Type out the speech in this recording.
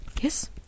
yes